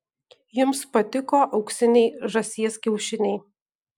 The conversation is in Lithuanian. jums patiko auksiniai žąsies kiaušiniai